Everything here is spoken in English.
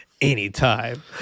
anytime